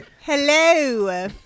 Hello